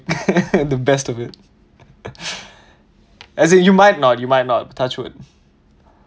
the best of it as in you might not you might not touch wood